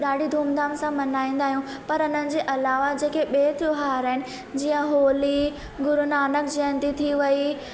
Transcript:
ॾाढी धूम धाम सां मल्हाईंदा आहियूं पर हुन जे अलावा जेके ॿिए त्योहार आहिनि जीअं होली गुरू नानक जयंती थी वई